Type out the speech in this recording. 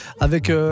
avec